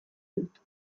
dut